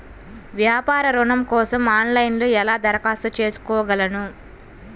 వ్యాపార ఋణం కోసం ఆన్లైన్లో ఎలా దరఖాస్తు చేసుకోగలను?